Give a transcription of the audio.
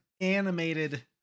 animated